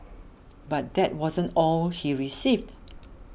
but that wasn't all he received